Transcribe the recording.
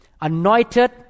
anointed